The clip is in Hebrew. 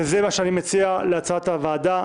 זה מה שאני מציע להצעת הוועדה.